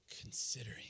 considering